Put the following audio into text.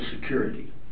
security